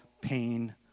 pain